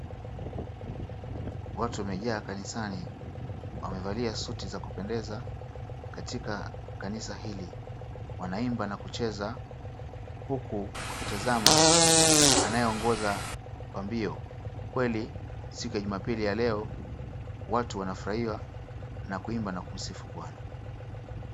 Watu wamejaa kanisani. Wamevalia suti za kupendeza katika kanisa hili. Wanaimba na kucheza huku wakitazama anayeongoza pambio. Kweli siku ya Jumapili ya leo watu wanafurahia na kuimba na kumsifu Bwana.